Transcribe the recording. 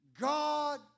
God